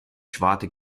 schwarte